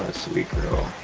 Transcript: sweet girl.